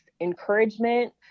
encouragement